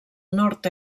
nord